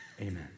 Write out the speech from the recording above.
Amen